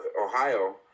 Ohio